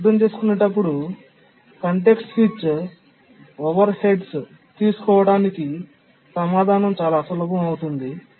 దీన్ని అర్థం చేసుకున్నప్పుడు కాంటెక్స్ట్ స్విచ్ ఓవర్ హెడ్స్ తీసుకోవటానికి సమాధానం చాలా సులభం అవుతుంది